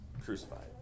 crucified